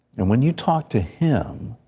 and when you talk to him,